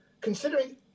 considering